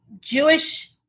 Jewish